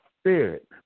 Spirit